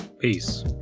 peace